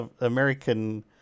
American